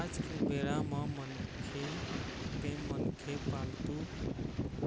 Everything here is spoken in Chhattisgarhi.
आज के बेरा म मनखे ते मनखे पालतू